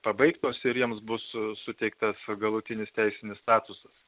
pabaigtos ir jiems bus suteiktas galutinis teisinis statusas